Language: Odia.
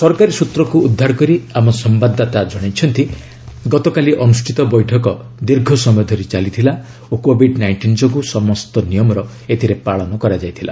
ସରକାରୀ ସୂତ୍ରକୁ ଉଦ୍ଧାର କରି ଆମ ସମ୍ବାଦଦାତା ଜଣାଇଛନ୍ତି ଗତକାଲି ଅନୁଷ୍ଠିତ ବୈଠକ ଦୀର୍ଘସମୟ ଧରି ଚାଲିଥିଲା ଓ କୋଭିଡ ନାଇଷ୍ଟିନ୍ ଯୋଗୁଁ ସମସ୍ତ ନିୟମର ପାଳନ କରାଯାଇଥିଲା